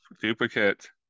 Duplicate